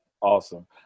Awesome